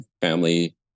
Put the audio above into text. family